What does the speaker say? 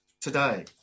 today